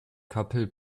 couple